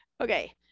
Okay